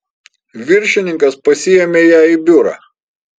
viršininkas pasiėmė ją į biurą